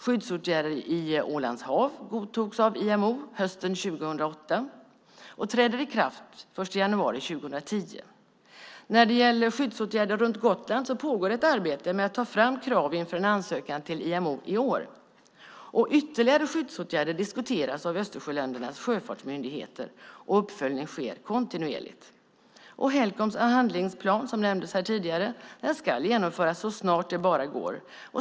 Skyddsåtgärder avseende Ålands hav godtogs av IMO hösten 2008, med ikraftträdande den 1 januari 2010. När det gäller skyddsåtgärder runt Gotland pågår ett arbete med att ta fram krav inför en ansökan i år till IMO. Ytterligare skyddsåtgärder diskuteras av Östersjöländernas sjöfartsmyndigheter, och uppföljning sker kontinuerligt. Helcoms handlingsplan, som tidigare nämndes här, ska genomföras så snart det bara går.